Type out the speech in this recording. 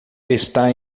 está